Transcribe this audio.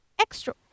extra